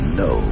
no